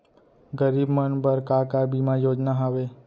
गरीब मन बर का का बीमा योजना हावे?